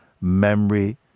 memory